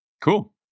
cool